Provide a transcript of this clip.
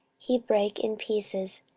he brake in pieces,